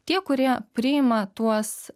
tie kurie priima tuos